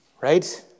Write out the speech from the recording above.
right